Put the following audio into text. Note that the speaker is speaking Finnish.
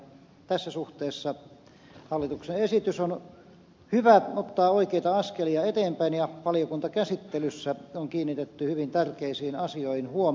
tässä suhteessa hallituksen esitys on hyvä ottaa oikeita askelia eteenpäin ja valiokuntakäsittelyssä on kiinnitetty hyvin tärkeisiin asioihin huomiota